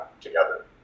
together